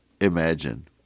imagine